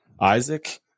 Isaac